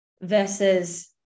versus